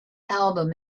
album